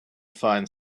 find